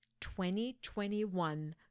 2021